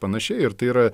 panašiai ir tai yra